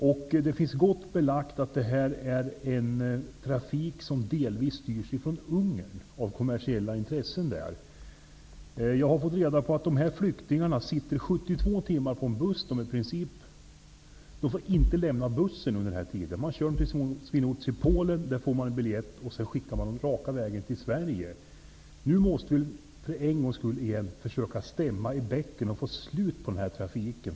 Det är gott och väl belagt att det här är en trafik som delvis styrs av kommersiella intressen från Flyktingarna sitter 72 timmar på en buss, och de får i princip inte lämna bussen under denna tid. De körs till Swinoujscie i Polen, där de får en biljett och skickas raka vägen till Sverige. Nu måste vi för en gångs skulle försöka stämma i bäcken och få slut på den här trafiken.